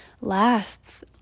lasts